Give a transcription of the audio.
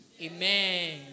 Amen